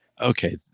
okay